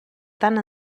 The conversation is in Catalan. tant